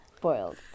boiled